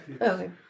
Okay